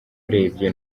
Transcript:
urebye